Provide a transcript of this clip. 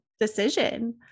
decision